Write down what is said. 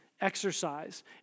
exercise